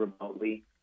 remotely